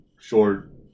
Short